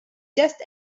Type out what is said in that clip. just